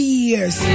years